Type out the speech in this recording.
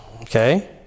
Okay